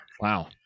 Wow